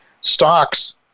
stocks